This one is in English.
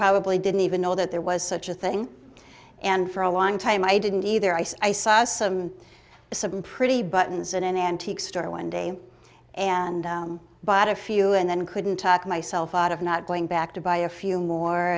probably didn't even know that there was such a thing and for a long time i didn't either i saw some discipline pretty buttons in an antique store one day and bought a few and then couldn't talk myself out of not going back to buy a few more